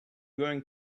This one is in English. going